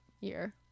year